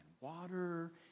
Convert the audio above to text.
water